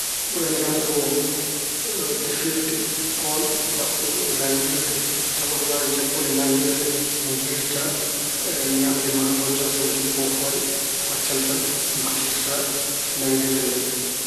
Ɓurani kam ko defirde pool baɗɗo nanngirde, tawa aɗa waawi janngude nanngirde, ngiirta ñaamde ma. Wayno so a waɗi bofooɗe, a hoccan tan mbaklitira nanngirde nde.